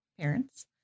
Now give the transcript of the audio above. parents